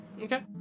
Okay